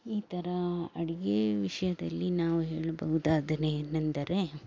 ಈ ಥರ ಅಡಿಗೆ ವಿಷಯದಲ್ಲಿ ನಾವು ಹೇಳ್ಬಹುದಾದ ಏನೆಂದರೆ